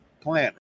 plan